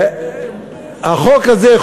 החוק הזה,